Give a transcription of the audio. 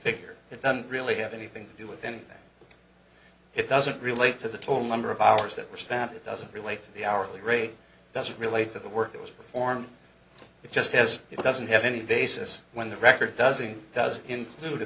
figure it doesn't really have anything to do with then it doesn't relate to the total number of hours that were stamped it doesn't relate to the hourly rate doesn't relate to the work that was performed it just says it doesn't have any basis when the record doesn't does include a